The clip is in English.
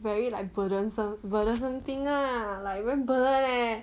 very like burdensome burdensome thing lah like very burden eh